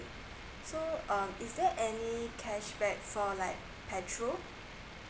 so um is there any cashback for like petrol